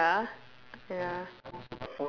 oh ya ah ya